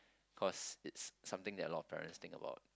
cause it's something that a lot of parents think about